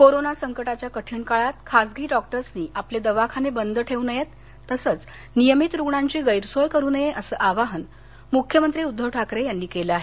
corona संकटाच्या कठीण काळात खासगी डॉक्टर्सनी आपले दवाखाने बंद ठेवू नयेत तसंच नियमित रुग्णांची गैरसोय करू नये असं आवाहन मुख्यमंत्री उद्दव ठाकरे यांनी केलं आहे